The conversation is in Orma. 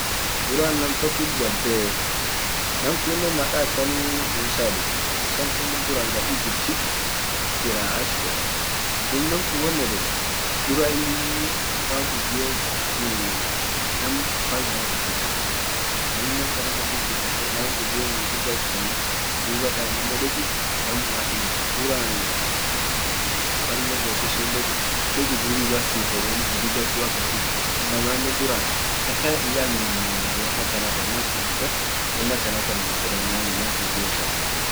duran nam tokkit gadbee, nam kunnen maka isan ee Musa eden, Musa kunnen duran gar egypty kubetaa jiraa ash kubetaa, duran inin eee waq guddion ee nam mfalmea akasit guddisenii namin akana kasit guddise, nam guddion miujiza itkanne dubattan aminnen deki nam atin duran ee mfalme keti sun deki dini barsis edeni hujji jabdu akasi itkanne, inamannen duran takka hiaminne won akanatan nun yede enanin, nam guddio issatin.